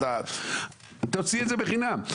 תוציא את זה בחינם.